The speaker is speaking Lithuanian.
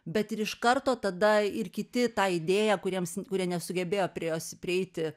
bet ir iš karto tada ir kiti tą idėją kuriems kurie nesugebėjo prie jos prieiti